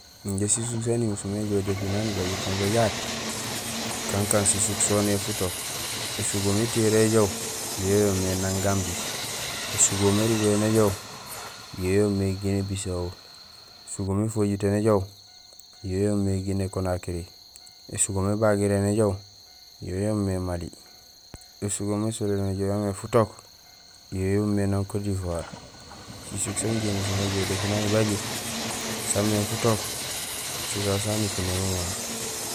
Injé sisuk saan imuus mé ijoow depuis naan ibaji kun bo jaat, kankaan sisuk soniyee futook: ésugoom étiyoree éjoow yo yoomé nang Gambie, ésugoom érubahéén éjoow yo yoomé Guinée Bissau, ésugoom éfojitéén éjoow yo yoomé Guinée Conakry, ésugoom ébagiréén éjoow yo yoomé Mali, ésugoom ésolee néjoow yo yoomé futook yo yoomé nang Cote d'Ivoire. Sisuk saan injé imusmé ijoow depuis naan ibaji saamé futook so sasu saan ipiné mama.